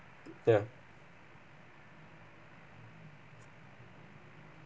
ya